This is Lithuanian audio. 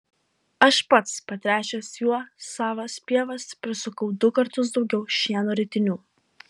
aš pats patręšęs juo savas pievas prisukau du kartus daugiau šieno ritinių